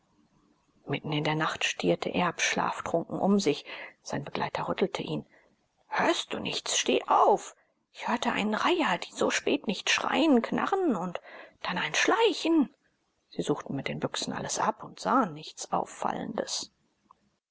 mitten in der nacht stierte erb schlaftrunken um sich sein begleiter rüttelte ihn hörtest du nichts steh auf ich hörte einen reiher die so spät nicht schreien knarren und dann ein schleichen sie suchten mit den büchsen alles ab und sahen nichts auffallendes